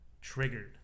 Triggered